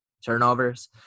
Turnovers